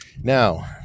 Now